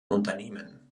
unternehmen